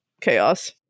chaos